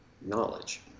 knowledge